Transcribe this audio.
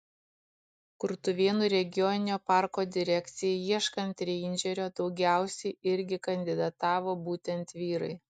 kurtuvėnų regioninio parko direkcijai ieškant reindžerio daugiausiai irgi kandidatavo būtent vyrai